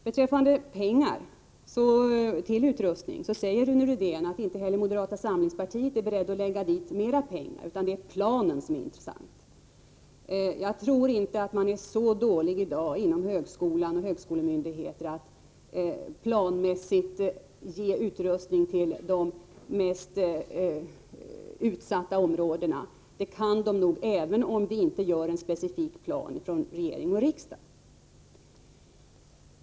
Beträffande pengar till utrustning säger Rune Rydén att inte heller moderata samlingspartiet är berett att lägga dit mer pengar utan att det är planen som är intressant. Jag tror inte att man i dag är så dålig inom högskolan och bland högskolemyndigheterna att man inte planmässigt kan ge utrustning till de mest utsatta områdena. Det kan man nog, även om vi inte gör en specifik plan från regering och riksdag.